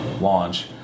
launch